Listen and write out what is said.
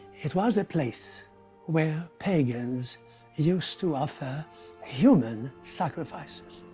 it was a place where pagans used to offer human sacrifices,